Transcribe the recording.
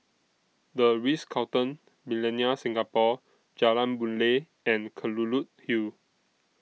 The Ritz Carlton Millenia Singapore Jalan Boon Lay and Kelulut Hill